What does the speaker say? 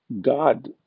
God